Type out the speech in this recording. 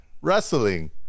wrestling